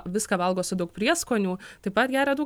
viską valgo su daug prieskonių taip pat geria daug